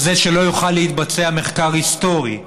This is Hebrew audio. על זה שלא יוכל להתבצע מחקר היסטורי,